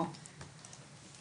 בזום.